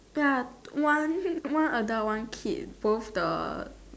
ya one one adult one kid both the